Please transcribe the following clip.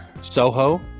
Soho